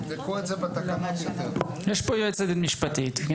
יש פה יועצת משפטית.